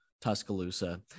Tuscaloosa